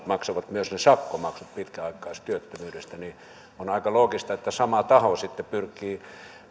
maksavat myös sakkomaksut pitkäaikaistyöttömyydestä on aika loogista että sama taho sitten pyrkii niitä